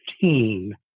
team